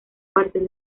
partir